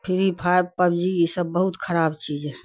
free پھائو PUBG ای سب بہت خراب چیز ہے